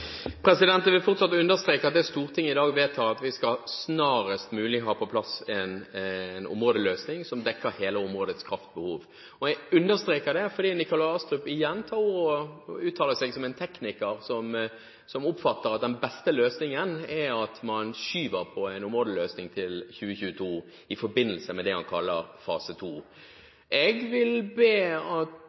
minutt. Jeg vil fortsatt understreke at det Stortinget i dag vedtar, er at vi snarest mulig skal ha på plass en områdeløsning som dekker hele områdets kraftbehov. Jeg understreker det fordi Nikolai Astrup igjen tar ordet og uttaler seg som en tekniker som oppfatter at den beste løsningen er at man skyver på en områdeløsning til 2022 i forbindelse med det han kaller fase 2. Jeg vil be